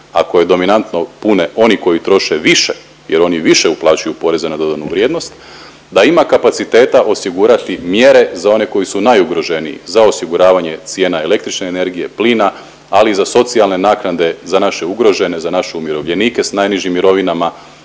a koje dominantno pune oni koji troše više, jer oni više uplaćuju poreza na dodanu vrijednost da ima kapaciteta osigurati mjere za one koji su najugroženiji, za osiguravanje cijena električne energije, plina, ali i za socijalne naknade, za naše ugrožene, za naše umirovljenike sa najnižim mirovinama,